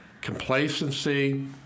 Complacency